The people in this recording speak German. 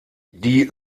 die